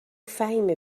فهیمه